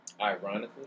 Ironically